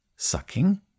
Sucking